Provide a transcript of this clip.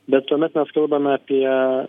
bet tuomet mes kalbame apie